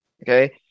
Okay